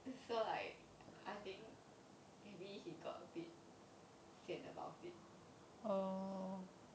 so like I think maybe he got a bit sian about it